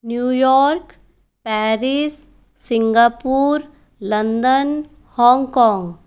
New York Paris Singapore London Hong Kong